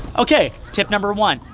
okay tip number one,